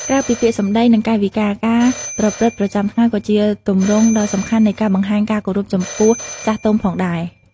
ក្រៅពីពាក្យសម្ដី និងកាយវិការ ការប្រព្រឹត្តប្រចាំថ្ងៃក៏ជាទម្រង់ដ៏សំខាន់នៃការបង្ហាញការគោរពចំពោះចាស់ទុំផងដែរ។